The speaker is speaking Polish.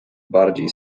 bardziej